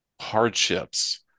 hardships